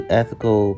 ethical